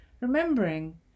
remembering